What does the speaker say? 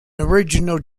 original